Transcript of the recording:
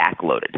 backloaded